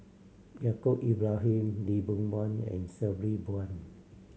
Yaacob Ibrahim Lee Boon Wang and Sabri Buang